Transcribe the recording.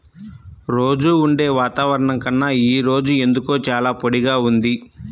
రోజూ ఉండే వాతావరణం కన్నా ఈ రోజు ఎందుకో చాలా పొడిగా ఉంది